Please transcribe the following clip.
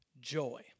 joy